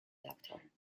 doctor